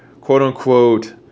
Quote-unquote